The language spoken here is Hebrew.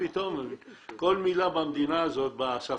הפלסטינית מדבר על התשלומים שהרשות משלמת לאסירים בזיקה